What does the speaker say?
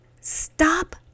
Stop